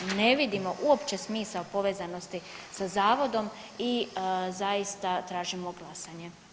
Ne vidimo uopće smisao povezanosti sa zavodom i zaista tražimo glasanje.